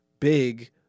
Big